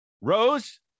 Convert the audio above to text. Rose